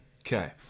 Okay